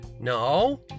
No